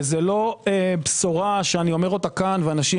זה לא בשורה שאני אומר אותה כאן ואנשים